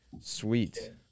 Sweet